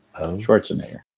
Schwarzenegger